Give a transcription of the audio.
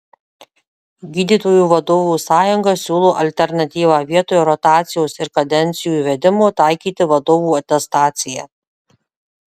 gydytojų vadovų sąjunga siūlo alternatyvą vietoj rotacijos ir kadencijų įvedimo taikyti vadovų atestaciją